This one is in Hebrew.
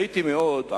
הייתי מאוד רוצה,